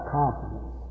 confidence